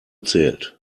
zählt